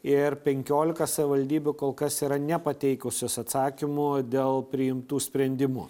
ir penkiolika savivaldybių kol kas yra nepateikusios atsakymų dėl priimtų sprendimų